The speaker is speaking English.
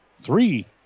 three